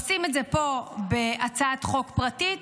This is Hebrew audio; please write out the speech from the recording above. עושים את זה פה בהצעת חוק פרטית,